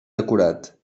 decorat